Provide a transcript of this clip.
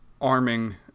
arming